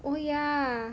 oh yeah